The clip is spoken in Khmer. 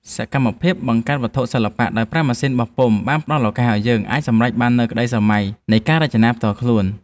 សកម្មភាពបង្កើតវត្ថុសិល្បៈដោយប្រើម៉ាស៊ីនបោះពុម្ពបានផ្ដល់ឱកាសឱ្យយើងអាចសម្រេចបាននូវក្តីស្រមៃនៃការរចនាផ្ទាល់ខ្លួន។